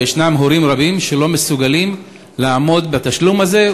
ויש הורים רבים שלא מסוגלים לעמוד בתשלום הזה,